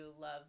love